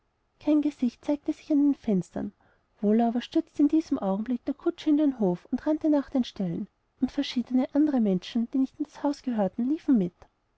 kein gesicht zeigte sich an den fenstern wohl aber stürzte in diesem augenblick der kutscher in den hof und rannte nach den ställen und verschiedene andere menschen die nicht in das haus gehörten liefen mit